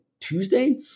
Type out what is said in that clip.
Tuesday